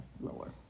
lower